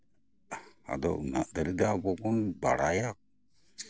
ᱟᱫᱚ ᱩᱱᱟᱹᱜ ᱫᱷᱟᱹᱨᱤᱡ ᱫᱚ ᱟᱵᱚ ᱵᱚᱱ ᱵᱟᱲᱟᱭᱟ